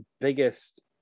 biggest